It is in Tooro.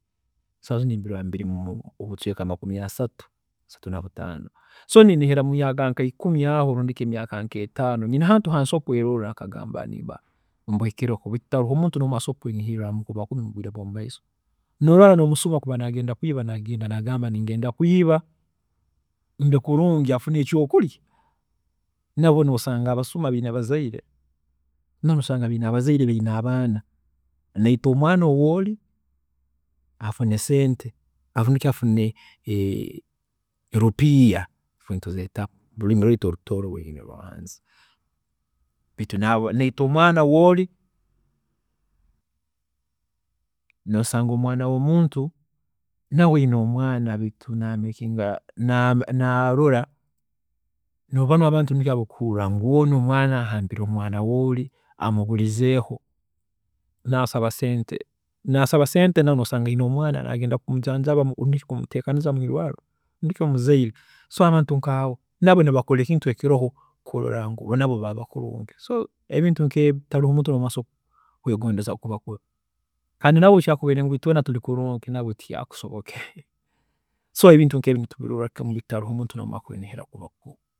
﻿Saaha zinu ninyerola ndi mubucweeka nka makumi asatu rundi asatu nabutaano, so niinihira mumyaaka ikumi aho rundi ki nk'emyaaka nk'etaano nyine ahantu ahansobola kweeroorra nkagamba ndiba mbuhikireho baitu tiharoho omuntu weena asobola kunihiriirra mukuba kubi mubiro by'omumaiso, nolora nomusuma kakuba aba nagenda kwiiba naagamba ngu ningenda kwiiba mbe kulungi afune ekyokurya nabwe nosanga abasuma baine abazaire nabo nosanga baine abazaire baine abaana, naita omwaana owoori afune sente, afune rupiiha, itwe nituzeeta rupiiha murulimi rwiitu orutooro, baitu naita omwaana woori, nosanga omwaana womuntu nawe aine omwaana baitu na- narola, nibo banu abantu abu okuhuurra ngu onu omwaana ahambire omwaana woori amuburizeeho, nasaba sente, nasaba sente nawe nosanga aine omwaana nagenda kumujaanjaba abe kulungi hakuba nawe muzaire, so abantu nkaabo nabo nibakora ekintu ekiroho kurola ngu nabo baaba kulungi. So ebintu nkeebi tiharoho omuntu weena asobola kwegondeza kuba kubi. Kandi nabwe kukyakubaire ngu itweena tube kulungi nabwe tikyaakusobokere, so ebintu nkebi nitubiroorra kimu ngu tiharoho omuntu weena akweyendeza kuba kubi